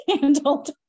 handled